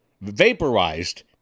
vaporized